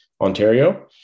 Ontario